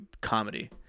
comedy